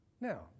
Now